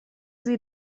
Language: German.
sie